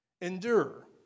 Endure